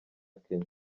kenya